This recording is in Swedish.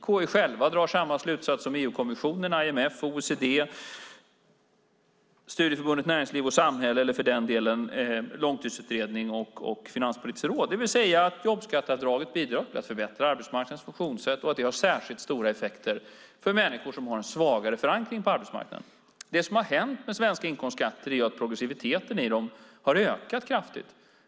KI drar samma slutsats som EU-kommissionen, IMF, OECD, Studieförbundet Näringsliv och Samhälle eller för den delen Långtidsutredningen och Finanspolitiska rådet, det vill säga att jobbskatteavdraget bidrar till att förbättra arbetsmarknadens funktionssätt och att det har särskilt stora effekter för människor som har en svagare förankring på arbetsmarknaden. Det som har hänt med svenska inkomstskatter är att progressiviteten i dem har ökat kraftigt.